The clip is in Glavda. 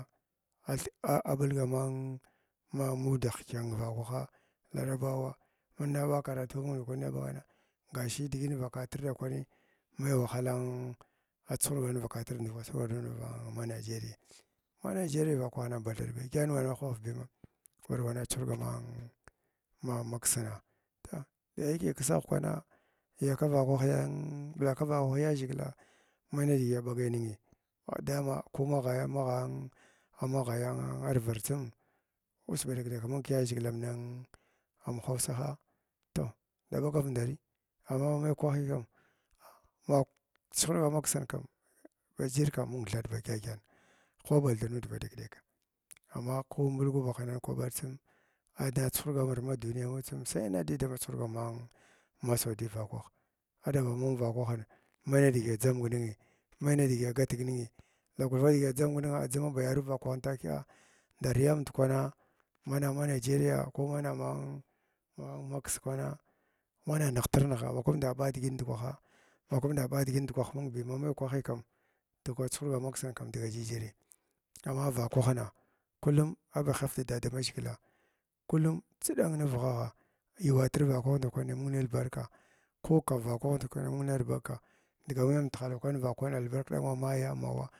A th abulag mang mundagh dyənga vakwah larabawa. Mana ɓa karatu wa munga bagh ɓagana gashi diginin vakatr ndakwani mai wahala an a adʒuhurga vakatria ndi nd raka ngeriyin ma nigeriya vakwana bathaɗ badyən wa huɓav afurgar bana chuhurga man mai maksina ta dayeka kisagh kwana yaka vakwa yaka vakwa yaʒhəgla may nidigi aɓagayənighi ma dama ko magha maghan maghairvarninga tsim usu ba ɗek-ɗek amung kiyazhigalalm an hausaha tog da ɓagav ndarii amma mai kwahii kam uh ma chuhurga maksin kam ba bajirkam nung thaɗaa ba dyədyən huɓa ba thaaɗ nud ba ɗek-ɗek amma ko amulga banai kwabar tsim ara da chuhurga nir na duniya amud tsim sai inna dai da ma dama chuhurga man mai saudiyya vakwah aɗaba mung vakwarahin maiy nidigi adʒamg ninghi vai nidigi agatg ninghi thakulva ba digi adʒamgning adʒama ba yaaru vakwah takya ndar yaghamda kwana mana ma nageriya ko mana man makis kwana mana nightr nighga mna thumda ba digit ndukwana ma luuda ɓa digit ndukwaha mandi ha maiy kwahbi kam dadda kwa chuhurga maksin kam dga jijiryi amma kwah naa kullum aɓa hyev dida da naʒhgila, kullum tsiɗan nivgha gha yuwatr vakwah ndakurni mung valbarka ko kaf vakwah ndakwani mung nalbarka digh miyam tahala kwah vakwan albakini wa haiya ma wa.